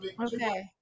Okay